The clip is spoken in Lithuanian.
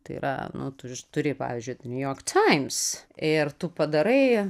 tai yra nu turi turi pavyzdžiui niujork times ir tu padarai